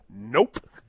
Nope